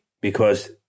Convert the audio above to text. because-